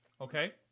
Okay